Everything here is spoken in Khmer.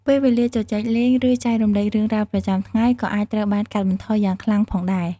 ពេលវេលាជជែកលេង ឬចែករំលែករឿងរ៉ាវប្រចាំថ្ងៃ ក៏អាចត្រូវបានកាត់បន្ថយយ៉ាងខ្លាំងផងដែរ។